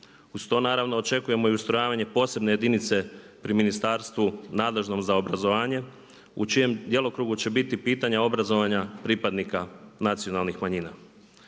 Uz to naravno očekujemo i ustrojavanje posebne jedinice pri ministarstvu nadležnom za obrazovanje u čijem djelokrugu će biti pitanja obrazovanja pripadnika nacionalnih manjina.